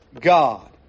God